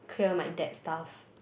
clear my dad's stuff